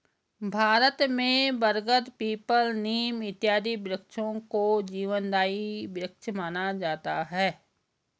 भारत में बरगद पीपल नीम इत्यादि वृक्षों को जीवनदायी वृक्ष माना जाता है